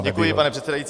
Děkuji, pane předsedající.